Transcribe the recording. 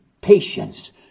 patience